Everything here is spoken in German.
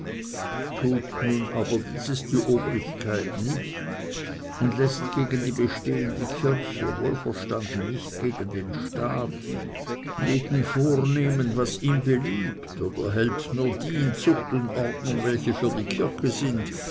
tut nun aber dieses die obrigkeit nicht und läßt gegen die bestehende kirche wohl verstanden nicht gegen den staat jeden vornehmen was ihm beliebt oder hält nur die in zucht und ordnung welche für die kirche sind